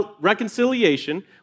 reconciliation